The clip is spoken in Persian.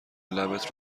لبت